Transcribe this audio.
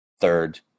third